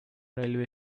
railway